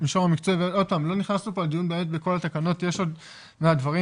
לא נכנסנו לדיון בכל התקנות ויש עוד לא מעט דברים,